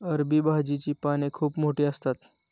अरबी भाजीची पाने खूप मोठी असतात